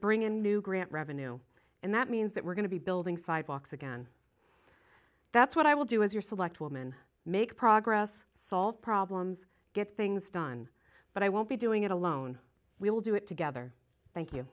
grant revenue and that means that we're going to be building sidewalks again that's what i will do as your select woman make progress solve problems get things done but i won't be doing it alone we'll do it together thank you